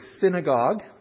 synagogue